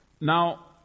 Now